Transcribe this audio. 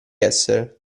essere